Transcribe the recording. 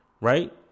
Right